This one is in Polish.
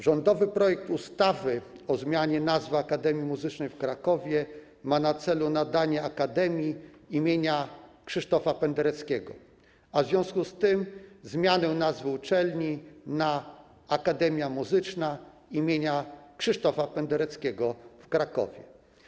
Rządowy projekt ustawy o zmianie nazwy Akademii Muzycznej w Krakowie ma na celu nadanie akademii imienia Krzysztofa Pendereckiego, a w związku z tym zmianę nazwy uczelni na: Akademia Muzyczna im. Krzysztofa Pendereckiego w Krakowie.